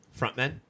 frontmen